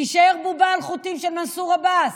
תישאר בובה על חוטים של מנסור עבאס,